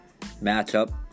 matchup